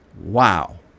Wow